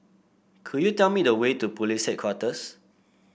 could you tell me the way to Police Headquarters